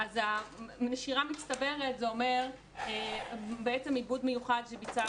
נשירה מצטברת זה אומר בעצם עיבוד מיוחד שביצעה